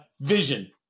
vision